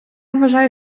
вважаю